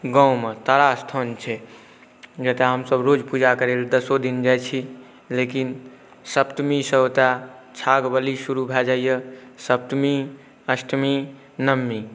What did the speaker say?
गाममे तारास्थान छै जतऽ हमसब रोज पूजा करैलए दसो दिन जाइ छी लेकिन सप्तमीसँ ओतऽ छाग बलि शुरू भऽ जाइए सप्तमी अष्टमी नओमी